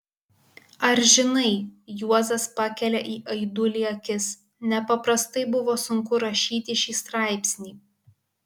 ar žinai juozas pakelia į aidulį akis nepaprastai buvo sunku rašyti šį straipsnį